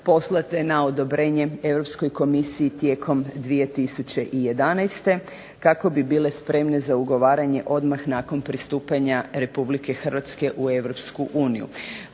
poslane na odobrenje Europskoj komisiji tijekom 2011. kako bi bile spremne za ugovaranje odmah nakon pristupanja RH u EU.